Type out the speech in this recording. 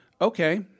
Okay